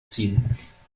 ziehen